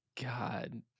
God